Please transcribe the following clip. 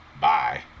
bye